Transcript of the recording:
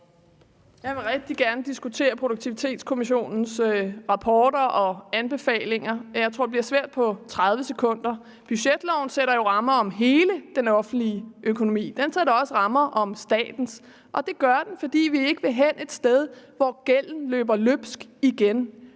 Jeg vil rigtig gerne diskutere Produktivitetskommissionens rapporter og anbefalinger, men jeg tror, at det bliver svært på 30 sekunder. Budgetloven sætter jo rammer om hele den offentlige økonomi. Den sætter også rammer om statens økonomi. Og det gør den, fordi vi ikke igen vil hen et sted, hvor gælden løber løbsk.